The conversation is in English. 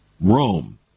Rome